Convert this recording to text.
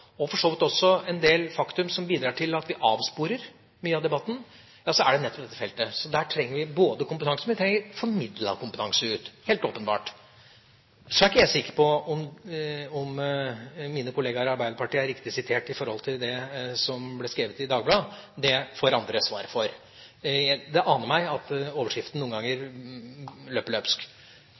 og for så vidt også en del fakta, som bidrar til at vi sporer av når det gjelder mye av debatten, ja så er det nettopp dette feltet. Så der trenger vi både kompetanse og formidling av kompetanse ut – helt åpenbart. Så er ikke jeg sikker på om mine kollegaer i Arbeiderpartiet er riktig sitert når det gjelder det som ble skrevet i Dagbladet – det får andre svare for. Det aner meg at overskriftene noen ganger løper løpsk.